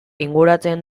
inguratzen